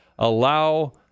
allow